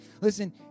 listen